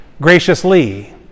graciously